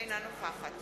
אינה נוכחת